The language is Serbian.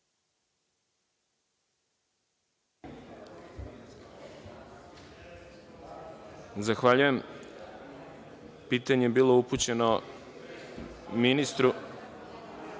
Zahvaljujem. Pitanje je bilo upućeno ministru. Reč